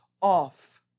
off